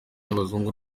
n’abazungu